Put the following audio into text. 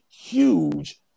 huge